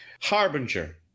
Harbinger